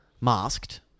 masked